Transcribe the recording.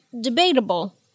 debatable